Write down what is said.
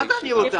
מה זה אני לא רוצה?